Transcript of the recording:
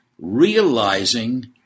realizing